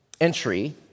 entry